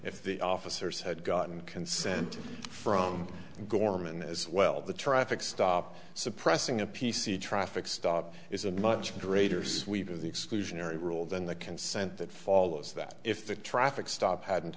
if the officers had gotten consent from gorman as well the traffic stop suppressing a p c traffic stop is a much greater sweep of the exclusionary rule than the consent that follows that if the traffic stop hadn't